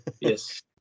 Yes